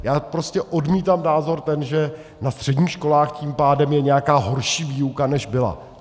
Já odmítám názor ten, že na středních školách tím pádem je nějaká horší výuka, než byla.